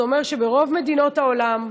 זה אומר שברוב מדינות העולם,